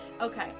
Okay